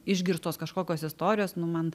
išgirstos kažkokios istorijos nu man